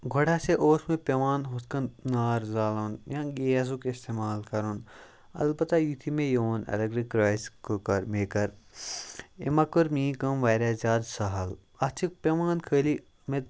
گۄڈٕ ہَسا اوس مےٚ پیٚوان ہُتھ کٔنۍ نار زالُن یا گیسُک استعمال کَرُن البتہ یُتھُے مےٚ یہِ اوٚن ایٚلیٚکٹِرٛک رایِس کُکَر میکَر أمی ہا کٔر میٛٲنۍ کٲم واریاہ زیادٕ سَہل اَتھ چھُ پیٚوان خٲلی مےٚ